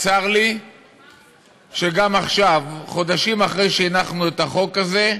צר לי שגם עכשיו, חודשים אחרי שהנחנו את החוק הזה,